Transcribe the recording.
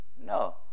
no